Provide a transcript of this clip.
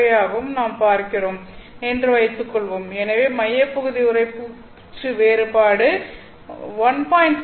45 ஆகவும் நாம் பார்க்கிறோம் என்று வைத்துக் கொள்வோம் எனவே மையப்பகுதி உறைப்பூச்சு வேறுபாடு 1